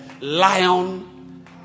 lion